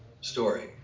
story